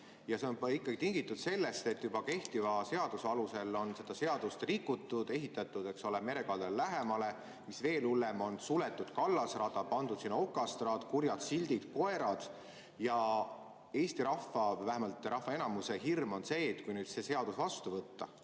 Ja see on ikkagi tingitud sellest, et juba kehtiva seaduse alusel on seda seadust rikutud, on ehitatud mere kaldale lähemale ja mis veel hullem, on suletud kallasrada, pandud sinna okastraat, kurjad sildid, koerad. Eesti rahva, vähemalt rahva enamuse hirm on see, et kui see seadus vastu võtta,